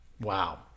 wow